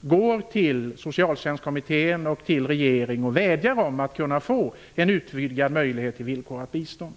går nu till Socialtjänstkommittén och regeringen och vädjar om att få en utvidgad möjlighet till villkorat bistånd.